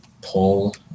pull